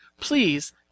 please